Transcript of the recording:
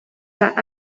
t’as